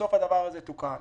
בסוף הדבר הזה תוקן